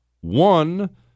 One